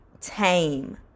tame